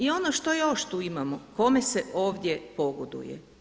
I ono što još tu imamo kome se ovdje pogoduje?